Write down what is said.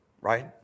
right